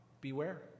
beware